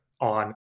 on